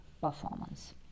performance